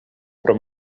pro